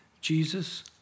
Jesus